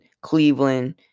Cleveland